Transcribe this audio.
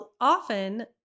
Often